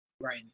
Right